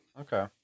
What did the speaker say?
Okay